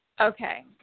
Okay